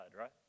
right